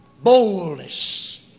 boldness